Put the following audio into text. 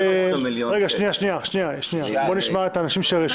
בואו נשמע את האנשים שרשומים.